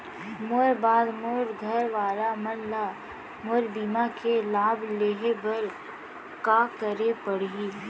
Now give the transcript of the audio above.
मोर बाद मोर घर वाला मन ला मोर बीमा के लाभ लेहे बर का करे पड़ही?